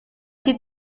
did